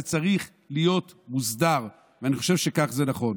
זה צריך להיות מוסדר ואני חושב שכך זה נכון.